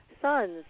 sons